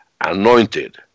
anointed